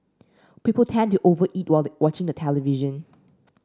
people tend to over eat while the watching the television